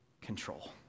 control